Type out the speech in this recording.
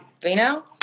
Vino